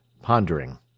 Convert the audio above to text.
pondering